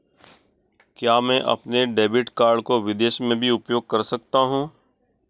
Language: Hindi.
क्या मैं अपने डेबिट कार्ड को विदेश में भी उपयोग कर सकता हूं?